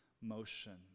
motion